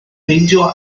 meindio